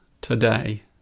today